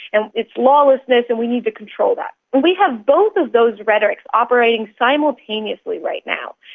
and it's lawlessness and we need to control that. well, we have both of those rhetorics operating simultaneously right now,